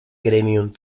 gremium